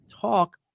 talk